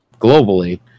globally